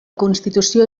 constitució